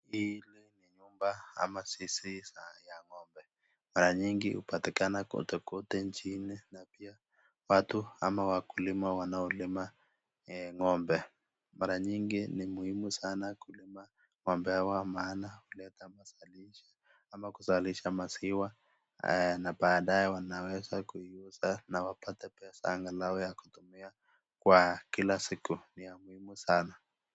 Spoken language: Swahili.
Hii ni nyumba ama zizi ya ng'ombe. Mara nyingi hupatikana kotekote nchini na pia watu ama wakulima wanaolima ng'ombe. Mara nyingi ni muhimu sana kulima ng'ombe hawa maana huleta mazalisho ama kuzalisha maziwa na baadaye wanaweza kuiuza na wapate maziwa angalau ya kutumia kwa kila siku. Ni ya muhimu sana.